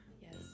Yes